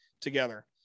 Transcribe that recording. together